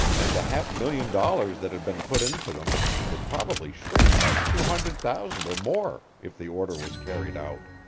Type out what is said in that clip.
and the half-million dollars that had been put into them would probably shrink by two hundred thousand or more if the order was carried out.